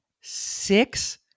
six